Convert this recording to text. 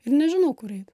ir nežinau kur eit